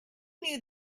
knew